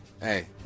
Hey